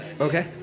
Okay